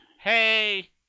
Hey